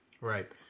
Right